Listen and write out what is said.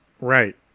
Right